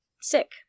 sick